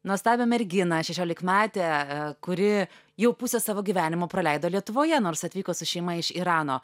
nuostabią merginą šešiolikmetę e kuri jau pusę savo gyvenimo praleido lietuvoje nors atvyko su šeima iš irano